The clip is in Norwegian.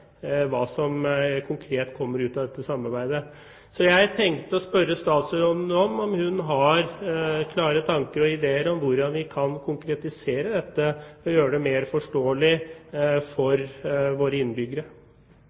hva som konkret kommer ut av dette samarbeidet. Jeg tenkte å spørre statsråden om hun har klare tanker og ideer om hvordan vi kan konkretisere dette og gjøre det mer forståelig for våre innbyggere.